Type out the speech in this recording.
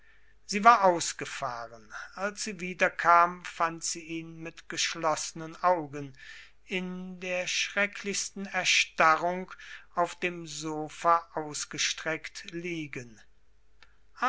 sie war ausgefahren als sie wiederkam fand sie ihn mit geschloßnen augen in der schrecklichsten erstarrung auf dem sofa ausgestreckt liegen